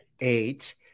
eight